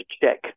check